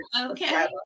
Okay